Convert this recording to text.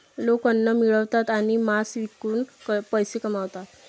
लोक अन्न मिळवतात आणि मांस विकून पैसे कमवतात